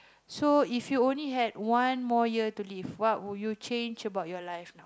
so if you only had one more year to live what would you change about your life now